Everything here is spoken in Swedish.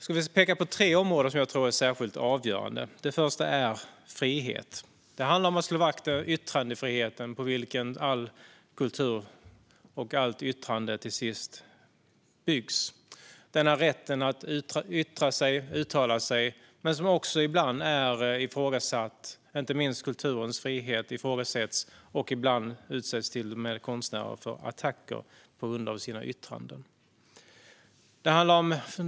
Jag vill peka på tre områden som jag tror är särskilt avgörande. Det första är frihet. Det handlar om att slå vakt om yttrandefriheten på vilken all kultur och alla yttranden till sist byggs. Det är rätten att yttra sig, uttala sig, som ibland är ifrågasatt. Inte minst kulturens frihet ifrågasätts, och ibland utsätts till och med konstnärer för attacker på grund av sina yttranden.